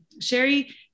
sherry